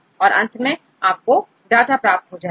और अंत में आपको डाटा प्राप्त हो जाएगा